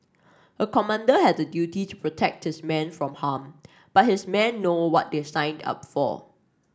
a commander has a duty to protect his men from harm but his men know what they signed up for